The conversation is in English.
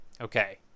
Okay